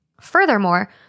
Furthermore